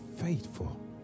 faithful